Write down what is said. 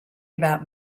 about